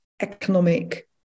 economic